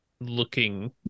looking